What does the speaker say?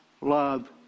love